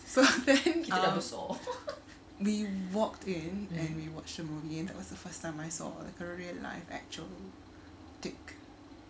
so then we walked in and we watched a movie and that was the first time I saw a like a real life actual dick